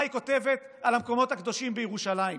מה היא כותבת על המקומות הקדושים בירושלים.